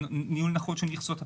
ניהול נכון של מכסות הפרישה,